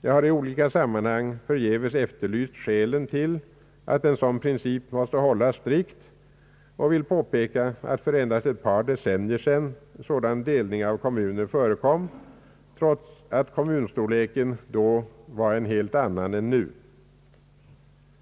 Jag har i olika sammanhang förgäves efterlyst skälen till att en sådan princip måste hållas strikt, och jag vill påpeka att en sådan delning av kommuner förekom för endast ett par decennier sedan, trots att kommunstorleken då var en helt annan än nu.